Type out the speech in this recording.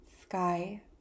sky